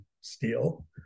steel